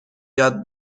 یاد